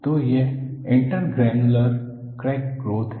तो यह intergranular crack growth है